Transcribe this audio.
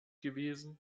gewesen